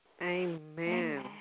Amen